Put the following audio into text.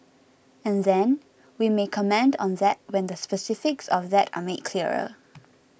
and then we may comment on that when the specifics of that are made clearer